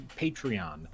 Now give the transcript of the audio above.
Patreon